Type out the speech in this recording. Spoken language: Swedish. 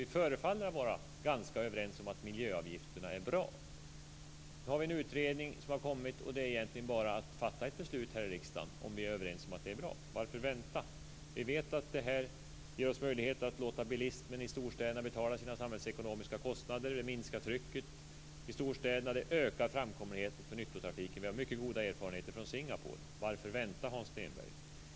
Vi förefaller att vara ganska överens om att miljöavgifterna är bra. En utredning har kommit. Det är egentligen bara att fatta ett beslut här i riksdagen om vi är överens om att det är bra. Varför vänta? Vi vet att det här ger oss möjligheter att låta bilismen i storstäderna betala sina samhällsekonomiska kostnader. Det minskar trycket i storstäderna och ökar framkomligheten för nyttotrafiken. Man har mycket goda erfarenheter i Singapore. Varför vänta, Hans Stenberg?